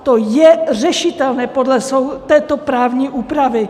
To je řešitelné podle této právní úpravy.